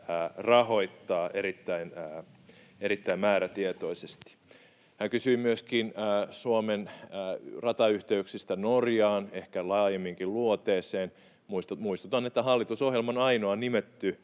rahoittaa, erittäin määrätietoisesti. Hän kysyi myöskin Suomen ratayhteyksistä Norjaan, ehkä laajemminkin luoteeseen. Muistutan, että hallitusohjelman ainoa nimetty